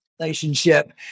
relationship